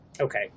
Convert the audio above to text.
Okay